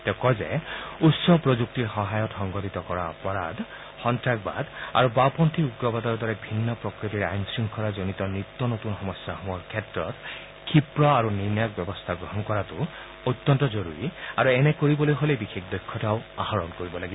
তেওঁ কয় যে উচ্চ প্ৰযুক্তিৰ সহায়ত সংঘটিত কৰা অপৰাধ সন্ত্ৰাসবাদ আৰু বাওপন্থী উগ্ৰবাদৰ দৰে ভিন্ন প্ৰকৃতিৰ আইন শৃংখলাজনিত নিত্য নতুন সমস্যাসমূহৰ ক্ষেত্ৰত ক্ষীপ্ৰ আৰু নিৰ্ণায়ক ব্যৱস্থা গ্ৰহণ কৰাটো অত্যন্ত জৰুৰী আৰু এনে কৰিবলৈ হলে বিশেষ দক্ষতাও আহৰণ কৰিব লাগিব